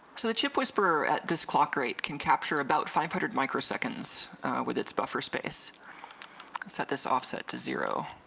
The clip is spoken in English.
so the chipwhisperer at this clock rate can capture about five hundred microseconds with its buffer space set this offset to zero